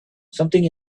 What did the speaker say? something